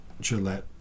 Gillette